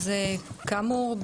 כאמור,